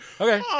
Okay